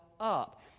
up